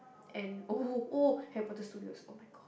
and oh oh Harry-Potter studio [oh]-my-god